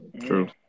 True